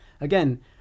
Again